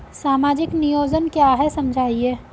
सामाजिक नियोजन क्या है समझाइए?